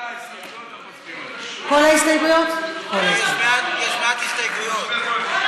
כל ההסתייגויות, אנחנו מצביעים עליהן.